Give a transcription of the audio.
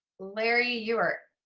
larry york